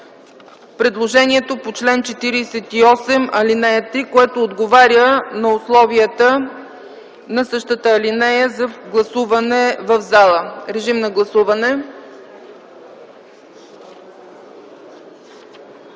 предложението по чл. 43, ал. 3, което отговаря на условията на същата алинея за гласуване в залата. Режим на гласуване.